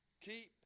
keep